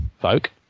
folk